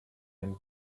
and